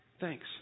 Thanks